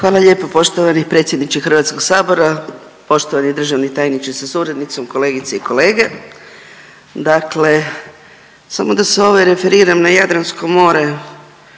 Hvala lijepo poštovani predsjedniče HS-a, poštovani državni tajniče sa suradnicom, kolegice i kolege. Dakle samo da se ovaj referiran na Jadransko more